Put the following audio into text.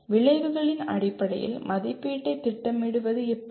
விளைவுகளின் அடிப்படையில் மதிப்பீட்டைத் திட்டமிடுவது எப்படி